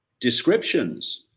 descriptions